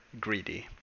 greedy